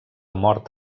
mort